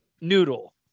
Noodle